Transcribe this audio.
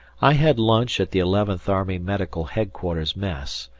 i had lunch at the eleventh army medical headquarters mess,